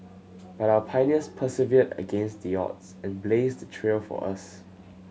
but our pioneers persevered against the odds and blazed the trail for us